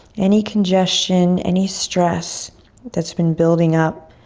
any congestion, any stress that's been building up.